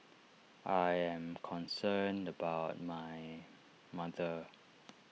I am concerned about my mother